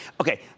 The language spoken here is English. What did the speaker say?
Okay